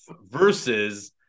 versus